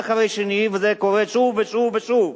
וזה קורה שוב ושוב ושוב.